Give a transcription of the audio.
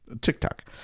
TikTok